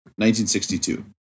1962